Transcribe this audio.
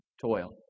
toil